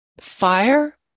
Fire